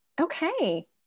Okay